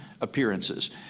appearances